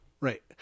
Right